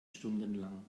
stundenlang